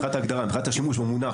מבחינת ההגדרה, מבחינת השימוש במונח.